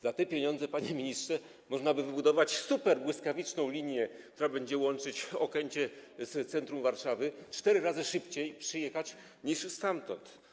Za te pieniądze, panie ministrze, można by wybudować superbłyskawiczną linię, która będzie łączyć Okęcie z centrum Warszawy, cztery razy szybciej przyjechać niż stamtąd.